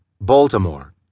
Baltimore